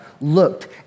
looked